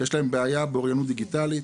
שיש להם בעיה באוריינות דיגיטלית,